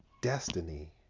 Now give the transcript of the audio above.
destiny